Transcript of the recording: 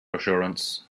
assurance